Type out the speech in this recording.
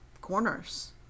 corners